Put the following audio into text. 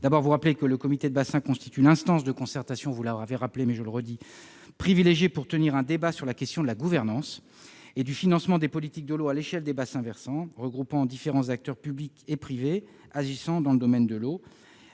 d'inondations et de la Gemapi. Le comité de bassin constitue l'instance de concertation privilégiée pour tenir un débat sur la question de la gouvernance et du financement des politiques de l'eau à l'échelle des bassins versants. Regroupant différents acteurs, publics ou privés, agissant dans le domaine de l'eau-